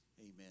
Amen